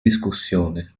discussione